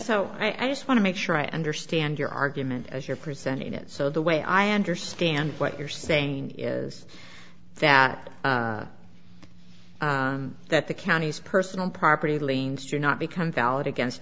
so i just want to make sure i understand your argument as you're presenting it so the way i understand what you're saying is that that the county's personal property lenstra not become valid against